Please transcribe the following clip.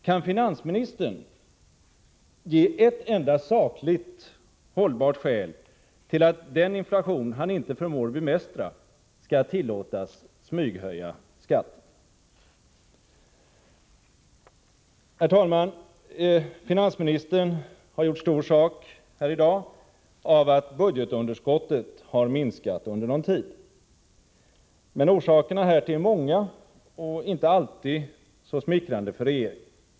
Kan finansministern ge ett enda sakligt hållbart skäl till att den inflation han inte förmår bemästra skall tillåtas smyghöja skatten? Herr talman! Finansministern har gjort stor sak här i dag av att budgetunderskottet har minskat under någon tid. Men orsakerna till denna minskning är många och inte alltid så smickrande för regeringen.